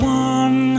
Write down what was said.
one